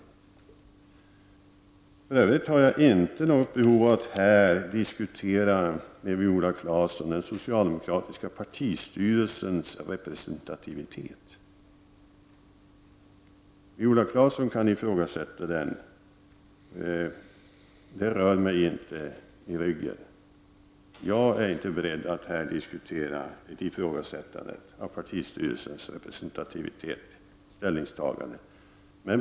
För övrigt har jag inte något behov att här med Viola Claesson diskutera den socialdemokratiska partistyrelsens representativitet i dess ställningstagande. Det rör mig inte i ryggen om Viola Claesson ifrågasätter den. Jag är inte beredd att här diskutera ett ifrågasättande av partistyrelsens representativitet och ställningstaganden.